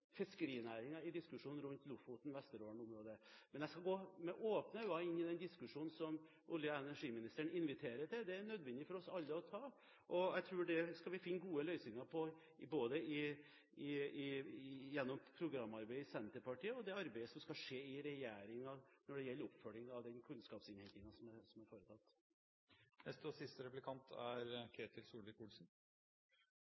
i diskusjonen om Lofoten/Vesterålen-området, men jeg skal gå med åpne øyne inn i den diskusjonen som olje- og energiministeren inviterer til. Den er nødvendig for oss alle å ta, og jeg tror vi skal finne gode løsninger, både gjennom programarbeidet i Senterpartiet og gjennom det arbeidet som skal skje i regjeringen, når det gjelder oppfølgingen av kunnskapsinnhentingen som er